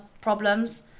problems